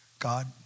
God